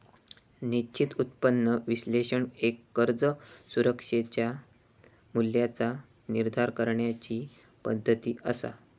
निश्चित उत्पन्न विश्लेषण एक कर्ज सुरक्षेच्या मूल्याचा निर्धारण करण्याची पद्धती असा